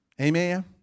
Amen